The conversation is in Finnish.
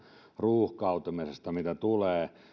ruuhkautumisesta mitä tulee että